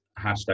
hashtag